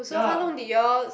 ya